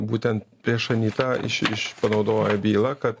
būtent prieš anytą iš iš panaudojo bylą kad